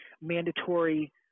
mandatory